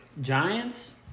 Giants